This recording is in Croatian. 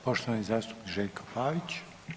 Poštovani zastupnik Željko Pavić.